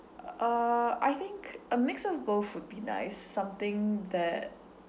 uh I think a mix of both would be nice something that